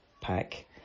pack